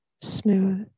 smooth